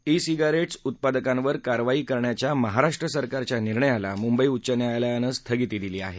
E cigarettes उत्पादकांवर कारवाई करण्याच्या महाराष्ट्र सरकारच्या निर्णयाला मुंबई उच्च न्यायालयानं स्थगिती दिली आहे